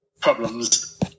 problems